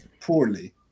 poorly